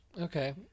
Okay